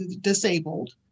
disabled